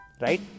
right